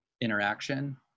interaction